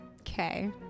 Okay